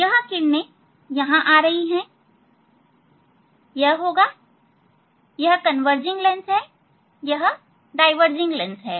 यह किरणें यहां आ रही हैं यह होगा यह कन्वर्जिंग लेंस है यह डाईवर्जिंग लेंस है